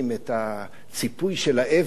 את הציפוי של האבן,